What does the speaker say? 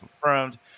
confirmed